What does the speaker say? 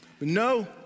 No